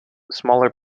smaller